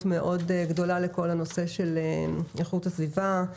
מאוד גדולה לכל הנושא של איכות הסביבה,